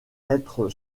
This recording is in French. être